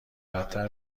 بدتر